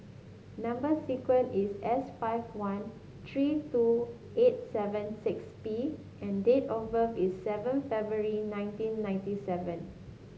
number sequence is S five one three two eight seven six P and date of birth is seven February nineteen ninety seven